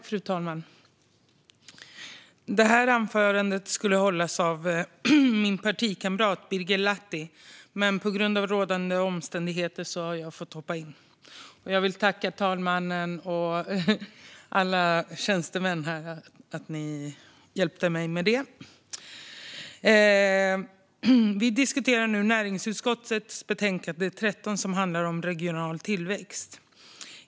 Fru talman! Det här anförandet skulle ha hållits av min partikamrat Birger Lahti, men på grund av rådande omständigheter har jag fått hoppa in. Jag vill tacka talmannen och alla tjänstemän för att ni har hjälpt mig med detta. Vi diskuterar nu näringsutskottets betänkande 13, som handlar om regional tillväxt.